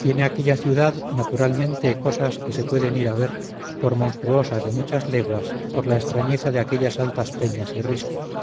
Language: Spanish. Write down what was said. tiene aquella ciudad naturalmente cosas que se pueden ir a ver por monstruosas de muchas leguas por la extrañeza de aquellas altas peñas y riscos